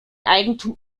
eigentum